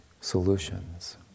solutions